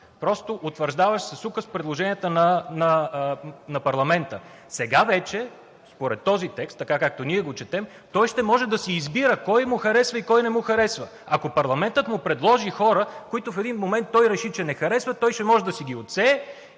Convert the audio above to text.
просто утвърждаваше с указ предложенията на парламента. Сега вече, според този текст, така както ние го четем, той ще може да си избира кой му харесва и кой не му харесва. Ако парламентът му предложи хора, които в един момент той реши, че не харесва, ще може да си ги отсее